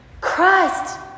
Christ